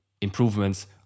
improvements